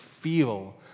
feel